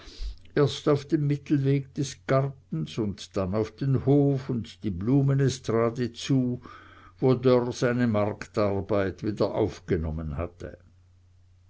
erst auf den mittelweg des gartens und dann auf den hof und die blumen estrade zu wo dörr seine marktarbeit wieder aufgenommen hatte